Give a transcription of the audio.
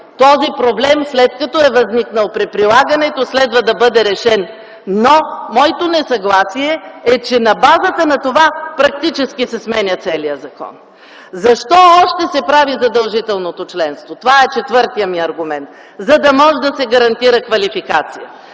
Този проблем, след като е възникнал при прилагането, следва да бъде решен. Но моето несъгласие е, че на базата на това практически се сменя целият закон. Защо още се прави задължителното членство? Това е четвъртият ми аргумент – за да може да се гарантира квалификацията.